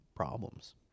problems